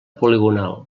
poligonal